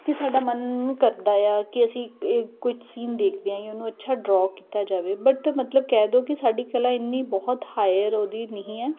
ਕਿ ਸਾਡਾ ਮਨ ਨੂੰ ਕਰਦਾ ਆ ਕਿ ਅਸੀਂ ਕੁਝ ਸੀਨ ਦੇਖਦੇ ਹਾਂ ਉਹਨੂੰ ਅੱਛਾ ਡਰੋਅ ਕੀਤਾ ਜਾਵੇ ਬਟ ਮਤਲਬ ਕਹਿ ਦਓ ਕਿ ਸਾਡੀ ਕਲਾ ਇੰਨੀ ਬਹੁਤ ਹਾਇਰ ਉਹਦੀ ਨਹੀਂ ਹੈ